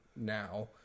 now